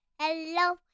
hello